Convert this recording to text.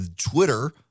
Twitter